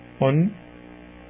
on